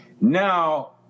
now